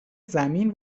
زمین